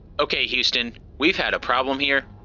okay, houston, we've had a problem here.